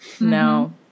no